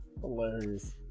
Hilarious